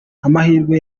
amahirwe